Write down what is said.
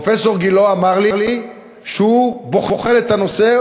פרופסור גילה אמר לי שהוא בוחן את הנושא,